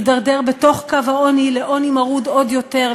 להידרדר מתחת קו העוני לעוני מרוד עוד יותר,